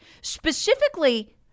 specifically